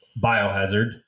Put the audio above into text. Biohazard